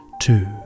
two